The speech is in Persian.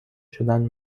شدن